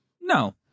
no